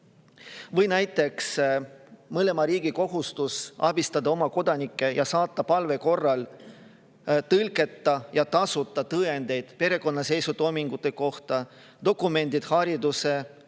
Või näiteks mõlema riigi kohustus abistada oma kodanikke ja saata palve korral tõlketa ja tasuta tõendeid perekonnaseisutoimingute kohta, dokumente hariduse,